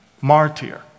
martyr